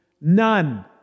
none